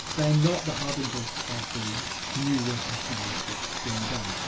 they're not the harbingers of the new work in science that's being done.